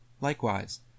Likewise